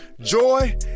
joy